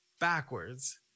backwards